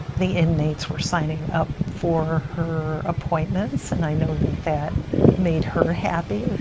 the inmates were signing up for her appointments and i know that that made her happy.